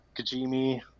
Kajimi